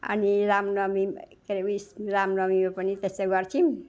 अनि राम नवमीमा के रे ऊ यस राम नवमीमा पनि त्यसै गर्छौँ